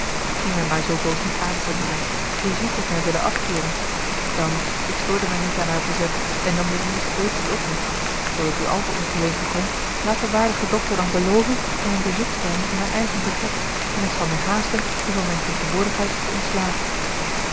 zie mij maar zoo boos niet aan sabina brigitte heeft mij willen afkeeren dan ik stoorde mij niet aan haar verzet en nam de indiscretie op mij zoo ik u al te ongelegen kom laat de waardige dokter dan beloven mij een bezoek te brengen in mijn eigen vertrek en ik zal mij haasten u van mijne tegenwoordigheid te ontslaan